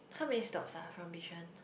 how many stops ah from Bishan